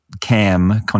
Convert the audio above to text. CAM